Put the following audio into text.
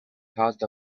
caused